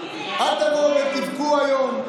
אל תבואו ותבכו היום,